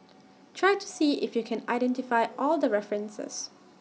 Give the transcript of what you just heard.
try to see if you can identify all the references